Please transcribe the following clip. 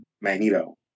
Magneto